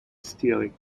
steering